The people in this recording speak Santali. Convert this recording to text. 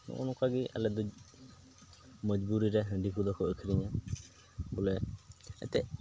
ᱱᱚᱜᱼᱚ ᱱᱚᱝᱠᱟᱜᱮ ᱟᱞᱮ ᱫᱚ ᱢᱚᱡᱼᱵᱩᱨᱤᱨᱮ ᱦᱟᱺᱰᱤ ᱠᱚᱫᱚ ᱠᱚ ᱟᱠᱷᱨᱤᱧᱟ ᱵᱚᱞᱮ ᱡᱟᱛᱮ ᱮᱴᱟᱜ